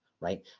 Right